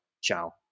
Ciao